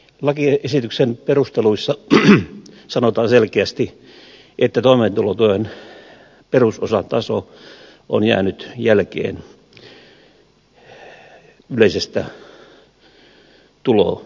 lakiesityksen perusteluissa sanotaan selkeästi että toimeentulotuen perusosan taso on jäänyt jälkeen yleisestä tulokehityksestä